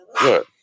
Good